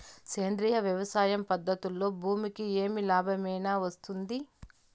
సేంద్రియ వ్యవసాయం పద్ధతులలో భూమికి ఏమి లాభమేనా వస్తుంది?